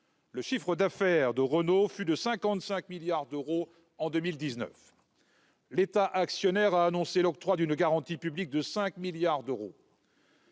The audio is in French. Le chiffre d'affaires de Renault fut de 55 milliards d'euros en 2019. L'État actionnaire a annoncé l'octroi d'une garantie publique de 5 milliards d'euros.